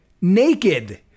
naked